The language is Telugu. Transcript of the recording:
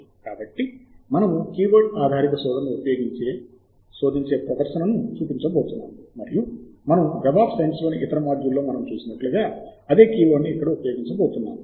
కాబట్టి మనము కీవర్డ్ ఆధారిత శోధనను ఉపయోగించి శోధించే ప్రదర్శనను చూపించబోతున్నాము మరియు మనము వెబ్ ఆఫ్ సైన్సు లోని ఇతర మాడ్యూల్లో మనం చూసినట్లుగా అదే కీవర్డ్ను ఇక్కడ ఉపయోగించబోతున్నాం